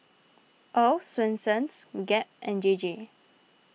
Earl's Swensens Gap and J J